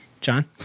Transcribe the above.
John